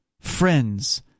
Friends